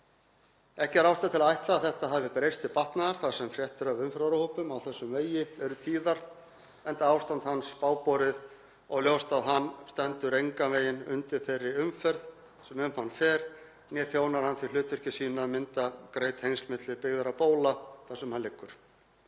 Ekki er ástæða til að ætla að þetta hafi breyst til batnaðar þar sem fréttir af umferðaróhöppum á þessum vegi eru tíðar, enda ástand hans bágborið og ljóst að hann stendur engan veginn undir þeirri umferð sem um hann fer né þjónar hann því hlutverki sínu að mynda greið tengsl milli byggðra bóla þar sem hann liggur.